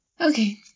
Okay